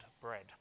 bread